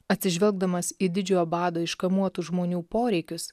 atsižvelgdamas į didžiojo bado iškamuotų žmonių poreikius